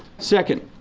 second,